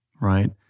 right